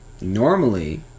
normally